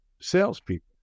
salespeople